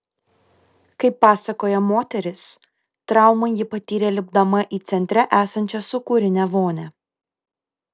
kaip pasakoja moteris traumą ji patyrė lipdama į centre esančią sūkurinę vonią